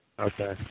Okay